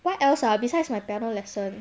what else ah besides my piano lesson